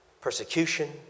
persecution